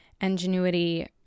ingenuity